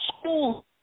school